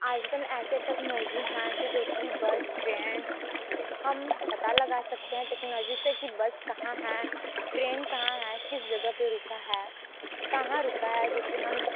आजकल ऐसे टेक्नोलॉजी हैं कि जो की बस ट्रेन हम पता लगा सकते हैं टेक्नोलॉजी से की बस कहाँ है ट्रेन कहाँ है किस जगह पर रुका है कहाँ रुका है जो कि हम